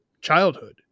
childhood